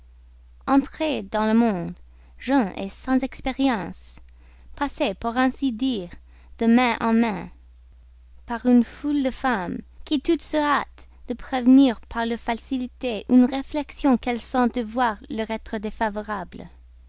dans le monde jeune sans expérience passé pour ainsi dire de mains en mains par une foule de femmes qui toutes se hâtent de prévenir par leur facilité une réflexion qu'elles sentent devoir leur être défavorable